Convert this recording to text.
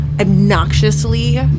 Obnoxiously